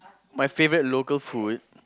my favorite local food